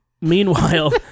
Meanwhile